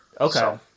Okay